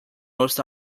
most